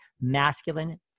masculine